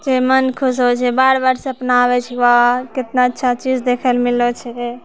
जे मोन खुश होइ छै बार बार सपना आबै छै वाह कतना अच्छा चीज देखैलए मिललऽ छै